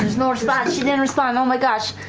there's no response, she didn't respond, oh my gosh.